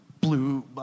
blue